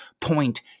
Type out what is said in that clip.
point